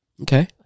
Okay